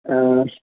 ஆ